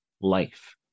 life